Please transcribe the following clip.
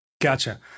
Gotcha